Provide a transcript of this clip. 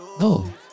no